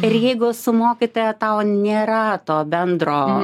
ir jeigu su mokytoja tau nėra to bendro